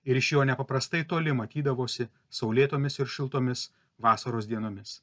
ir iš jo nepaprastai toli matydavosi saulėtomis ir šiltomis vasaros dienomis